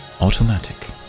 automatic